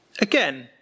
Again